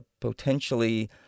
potentially